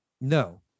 No